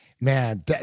man